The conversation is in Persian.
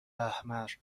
احمر